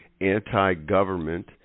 anti-government